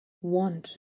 Want